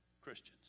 Christians